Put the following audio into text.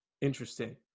Interesting